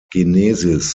genesis